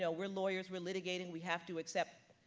so we're lawyers were litigating, we have to accept,